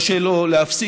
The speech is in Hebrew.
קשה לו להפסיק,